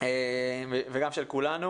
וגם של כולנו.